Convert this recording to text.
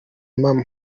impamo